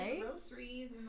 groceries